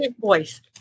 voice